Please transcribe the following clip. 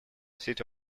city